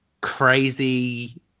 crazy